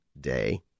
Day